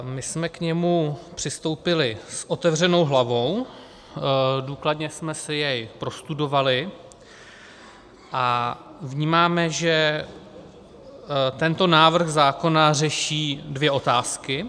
My jsme k němu přistoupili s otevřenou hlavou, důkladně jsme si jej prostudovali a vnímáme, že tento návrh zákona řeší dvě otázky.